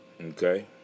okay